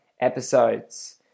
episodes